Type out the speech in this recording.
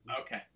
Okay